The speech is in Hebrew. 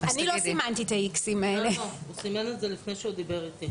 סימנו לפני שדיבר איתי.